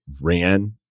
ran